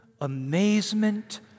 amazement